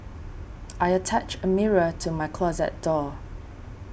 I attached a mirror to my closet door